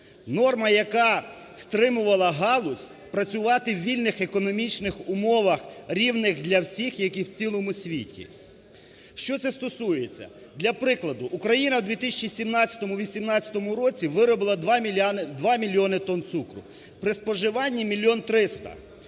норма, яка стримувала галузь працювати в вільних економічних умовах, рівних для всіх, як і в цілому світі. Що це стосується? Для прикладу. Україна в 2017-2018 році виробила 2 мільйони тонн цукру при споживанні 1 мільйон 300.